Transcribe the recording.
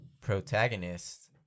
protagonist